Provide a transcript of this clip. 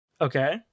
Okay